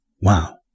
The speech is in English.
Wow